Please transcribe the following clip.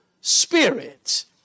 spirit